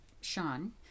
Sean